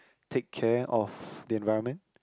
take care of the environment